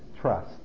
trust